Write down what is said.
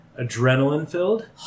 adrenaline-filled